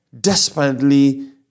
desperately